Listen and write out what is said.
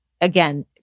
again